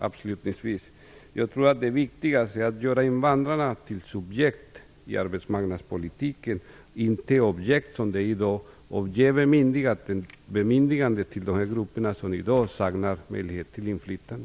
Avslutningsvis tror jag att det viktigaste är att göra invandrarna till subjekt i arbetsmarknadspolitiken, inte objekt som fallet är i dag. Vi måste ge bemyndigande till de grupper som i dag saknar möjligheter till inflytande.